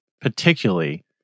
particularly